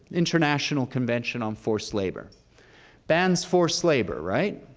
international convention on forced labor bans forced labor, right?